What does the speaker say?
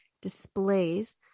displays